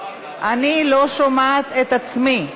אני לא שומעת את עצמי.